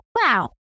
wow